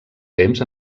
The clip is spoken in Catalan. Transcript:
temps